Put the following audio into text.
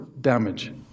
damage